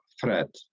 threat